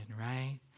right